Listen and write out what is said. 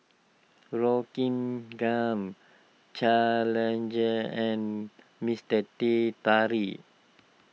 Rockingham Challenger and Mister Teh Tarik